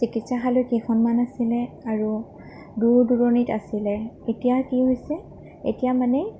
চিকিৎসালয় কেইখনমান আছিলে আৰু দূৰ দূৰণিত আছিলে এতিয়া কি হৈছে এতিয়া মানে